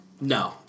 No